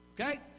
Okay